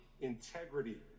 integrity